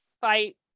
fight